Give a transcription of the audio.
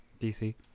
DC